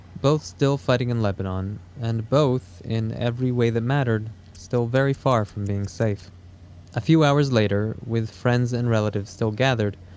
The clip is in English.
both still fighting in lebanon. and both, in every way that mattered, still very far from being safe a few hours later, with friends and relatives still gathered,